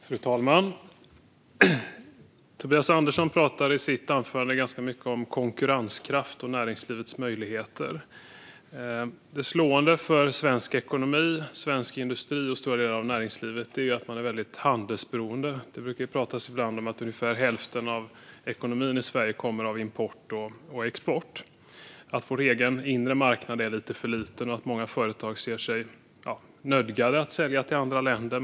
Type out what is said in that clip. Fru talman! I sitt anförande talade Tobias Andersson ganska mycket om konkurrenskraft och näringslivets möjligheter. Det slående när det gäller svensk ekonomi, svensk industri och stora delar av näringslivet är att vi är väldigt handelsberoende; det pratas ibland om att ungefär hälften av ekonomin i Sverige kommer av import och export. Vår egen inre marknad är lite för liten, och många företag ser sig nödgade att sälja till andra länder.